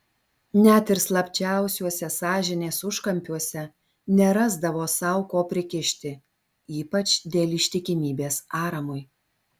net ir slapčiausiuose sąžinės užkampiuose nerasdavo sau ko prikišti ypač dėl ištikimybės aramui